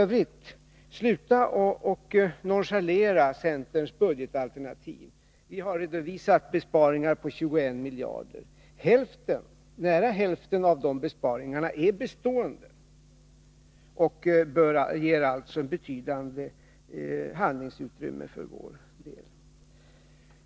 F. ö.: Sluta att nonchalera centerns budgetalternativ! Vi har anvisat besparingar på 21 miljarder. Nära hälften av dessa besparingar är av bestående slag och ger betydande handlingsutrymme för vår del. Fru talman!